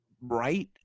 right